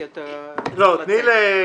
כי אתה צריך לצאת.